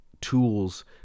tools